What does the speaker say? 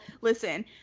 listen